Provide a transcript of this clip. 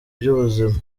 by’ubuzima